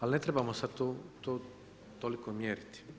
Ali ne trebamo sad to toliko mjeriti.